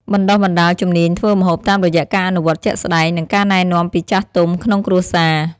បណ្តុះបណ្តាលជំនាញធ្វើម្ហូប តាមរយៈការអនុវត្តជាក់ស្តែង និងការណែនាំពីចាស់ទុំក្នុងគ្រួសារ។